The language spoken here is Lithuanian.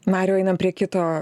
mariau einam prie kito